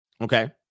okay